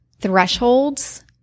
thresholds